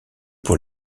pour